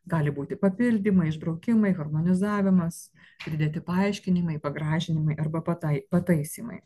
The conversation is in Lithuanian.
gali būti papildymai išbraukimai harmonizavimas pridėti paaiškinimai pagražinimai arba patai pataisymai